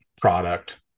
product